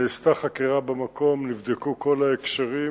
נעשתה חקירה במקום, נבדקו כל ההקשרים,